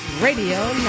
Radio